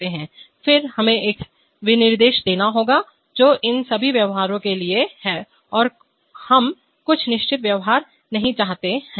फिर हमें एक विनिर्देश देना होगा जो इन सभी व्यवहारों के लिए है हम कुछ निश्चित व्यवहार नहीं चाहते हैं